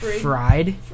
Fried